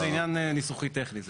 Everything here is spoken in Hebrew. זה עניין ניסוחי טכני.